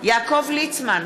יעקב ליצמן,